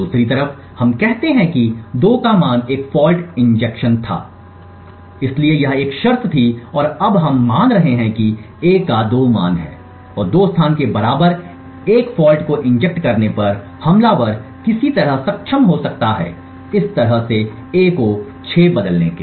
दूसरी तरफ हम कहते हैं कि 2 का मान एक फॉल्ट इंजेक्शन था इसलिए यह एक शर्त थी और अब हम मान रहे हैं कि a का 2 मान है और 2 स्थान के बराबर में एक फॉल्ट को इंजेक्ट inject करने पर हमलावर किसी तरह सक्षम हो सकता है इस तरह से a को 6 बदलने के लिए